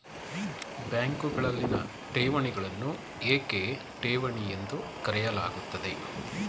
ಬ್ಯಾಂಕುಗಳಲ್ಲಿನ ಠೇವಣಿಗಳನ್ನು ಏಕೆ ಠೇವಣಿ ಎಂದು ಕರೆಯಲಾಗುತ್ತದೆ?